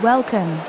Welcome